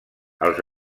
els